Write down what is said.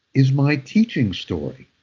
is my teaching story.